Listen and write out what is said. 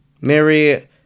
Mary